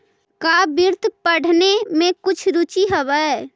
का वित्त पढ़ने में कुछ रुचि हवअ